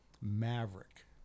Maverick